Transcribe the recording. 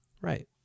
right